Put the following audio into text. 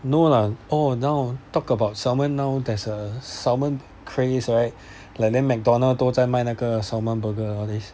no lah oh now talk about salmon now there's a salmon craze right like 连 McDonald's 都在卖那个 salmon burger all these